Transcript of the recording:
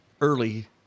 early